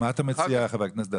מה אתה מציע, חבר הכנסת דלל?